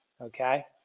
okay